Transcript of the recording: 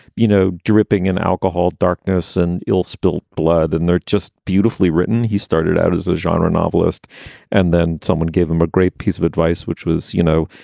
you know, dripping in alcohol, darkness and ill spilt blood. and they're just beautifully written. he started out as a genre novelist and then someone gave him a great piece of advice, which was, you know,